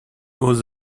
aux